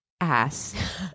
ass